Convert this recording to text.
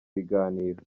biganiro